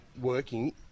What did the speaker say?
working